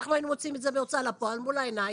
אנחנו היינו מוציאים את זה בהוצאה לפועל מול העיניים